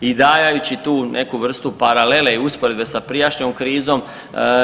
I dajajući tu neku vrstu paralele i usporedbe sa prijašnjom krizom